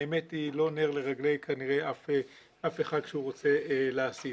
האמת היא כנראה לא נר לרגלי אף אחד שרוצה להסית.